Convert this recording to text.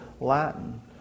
Latin